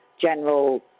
general